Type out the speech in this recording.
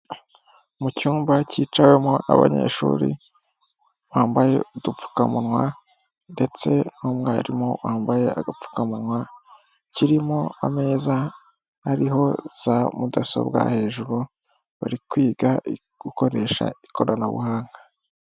Mu cyumba cyicayewemo n'abanyeshuri bambaye udupfukamunwa ndetse n'umwarimu wambaye agapfukamunwa, kirimo ameza ariho za mudasobwa hejuru, bari kwiga gukoresha ikoranabuhanga.